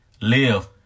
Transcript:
Live